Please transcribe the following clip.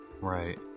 Right